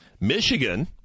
Michigan